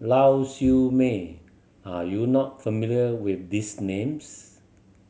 Lau Siew Mei are you not familiar with these names